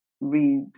read